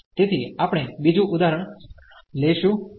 તેથી આપણે બીજું ઉદાહરણ લેશું હવે